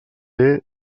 tres